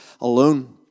alone